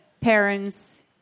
parents